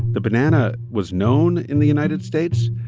the banana was known in the united states,